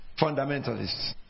fundamentalists